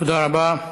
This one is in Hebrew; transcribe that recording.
תודה רבה.